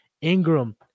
Ingram